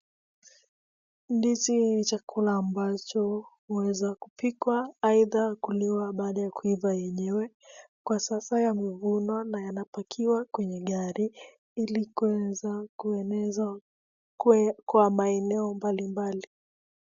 Ndizi ni chakula ambacho hueza kupikwa aidha kuliwa baada ya kuiva yenyewe. Kwa sasa yamevunwa na yanapakiwa kwenye gari ili kuweza kuenezwa kwa maeneo mbalimbali.